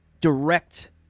Direct